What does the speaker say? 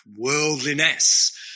worldliness